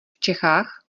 čechách